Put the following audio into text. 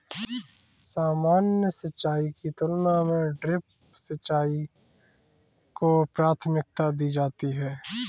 सामान्य सिंचाई की तुलना में ड्रिप सिंचाई को प्राथमिकता दी जाती है